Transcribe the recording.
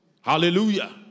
Hallelujah